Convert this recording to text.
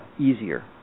easier